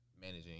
managing